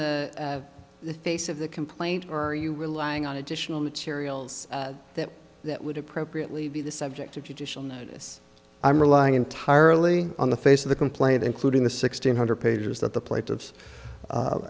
the face of the complaint are you relying on additional materials that that would appropriately be the subject of judicial notice i'm relying entirely on the face of the complaint including the sixteen hundred pages that the plate of